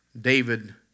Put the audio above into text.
David